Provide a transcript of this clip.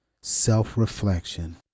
self-reflection